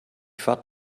fahrt